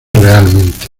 realmente